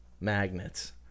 magnets